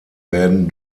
werden